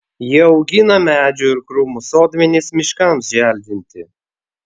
jie augina medžių ir krūmų sodmenis miškams želdinti